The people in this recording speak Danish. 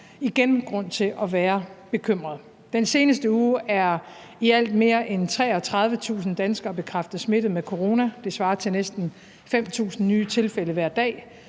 igen grund til at være bekymret. Den seneste uge er i alt mere end 33.000 danskere bekræftet smittet med corona – det svarer til næsten 5.000 nye tilfælde hver dag